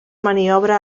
maniobra